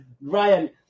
Ryan